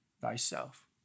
thyself